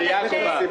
המליאה קובעת.